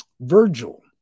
Virgil